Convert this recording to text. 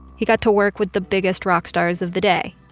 he got to work with the biggest rock stars of the day,